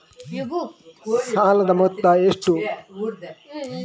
ಸಾಲದ ಮೊತ್ತ ಎಷ್ಟು?